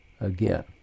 again